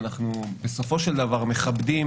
אנחנו בסופו של דבר מכבדים